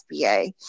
SBA